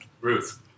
Ruth